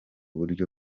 buryo